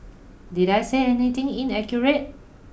did I say anything inaccurate